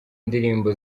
ndirimbo